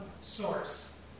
source